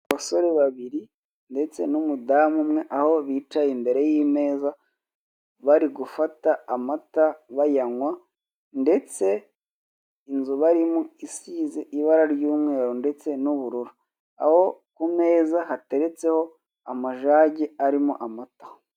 Abasore babiri ndetse n'umudamu umwe, aho bicaye imbere y'imeza, bari gutafa amata bayanywa, ndetse inzu barimo isize ibara ry'umweru ndetse n'ubururu. Aho ku meza hateretseho amajage arimo amata.